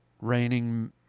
raining